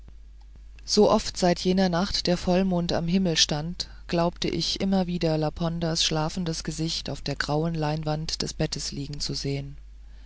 so oft seit jener nacht der vollmond am himmel stand glaubte ich immer wieder laponders schlafendes gesicht auf der grauen leinwand des bettes liegen zu sehen